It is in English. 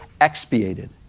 expiated